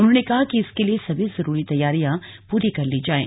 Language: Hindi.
उन्होंने कहा कि इसके लिए सभी जरूरी तैयारियां पूरी कर ली जाएं